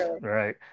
right